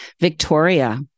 Victoria